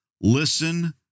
listen